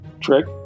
trick